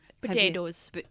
Potatoes